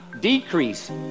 Decrease